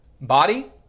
body